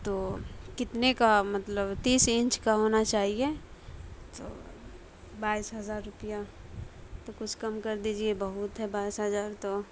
تو کتنے کا مطلب تیس انچ کا ہونا چاہیے تو بائیس ہزار روپیہ تو کچھ کم کر دیجیے بہت ہے بائیس ہزار تو